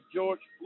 George